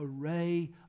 array